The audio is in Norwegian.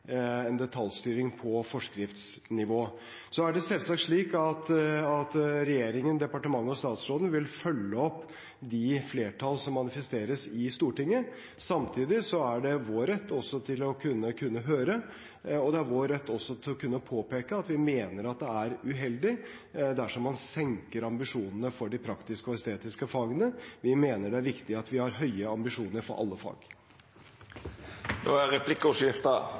en detaljstyring på forskriftsnivå. Så er det selvsagt slik at regjeringen, departementet og statsråden vil følge opp de flertall som manifesteres i Stortinget. Samtidig er det vår rett også å kunne høre. Og det er vår rett også å kunne påpeke at vi mener at det er uheldig dersom man senker ambisjonene for de praktiske og estetiske fagene. Vi mener det er viktig at vi har høye ambisjoner for alle fag.